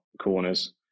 corners